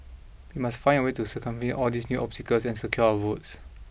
we must find a way to circumvent all these new obstacles and secure our votes